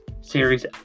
Series